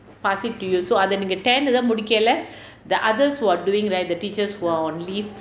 pass it to you so அது நீங்க:athu ninga tan ஏதோ முடிக்கியில்லா:ethoo mudikiyilla the others who are doing right the teachers who are on leave